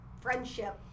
friendship